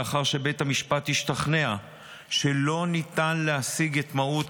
לאחר שבית המשפט השתכנע שלא ניתן להשיג את מהות